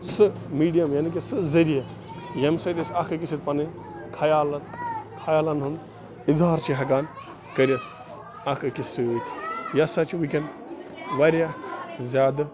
سُہ میٖڈیَم یعنی کہِ سُہ ذٔریعہٕ ییٚمہِ سۭتۍ أسۍ اَکھ أکِس سۭتۍ پَنٕنۍ خیالت خیالَن ہُنٛد اِظہار چھِ ہٮ۪کان کٔرِتھ اَکھ أکِس سۭتۍ یہِ ہَسا چھِ وٕنۍکٮ۪ن واریاہ زیادٕ